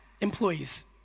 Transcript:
Employees